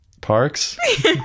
parks